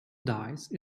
dice